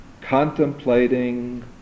contemplating